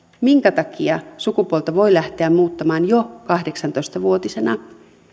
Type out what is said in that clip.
minkä takia sukupuolta voi lähteä muuttamaan jo kahdeksantoista vuotisena